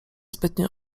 zbytnio